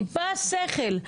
טיפה שכל,